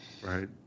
Right